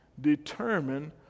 determine